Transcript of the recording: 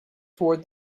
toward